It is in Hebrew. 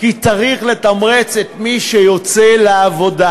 כי צריך לתמרץ את מי שיוצא לעבודה,